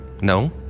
No